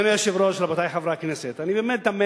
אדוני היושב-ראש, רבותי חברי הכנסת, אני באמת תמה